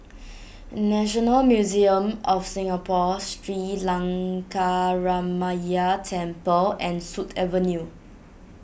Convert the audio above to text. National Museum of Singapore Sri Lankaramaya Temple and Sut Avenue